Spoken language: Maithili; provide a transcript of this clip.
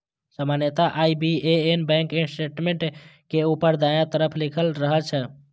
सामान्यतः आई.बी.ए.एन बैंक स्टेटमेंट के ऊपर दायां तरफ लिखल रहै छै